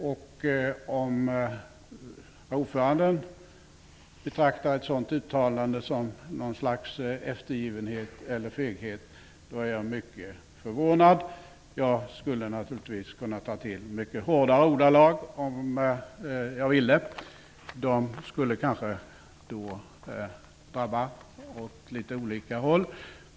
Om ordföranden betraktar ett sådant uttalande som något slags eftergivenhet eller feghet är jag mycket förvånad. Jag skulle naturligtvis kunna ta till mycket hårdare ordalag om jag ville, och de skulle då drabba åt litet olika håll.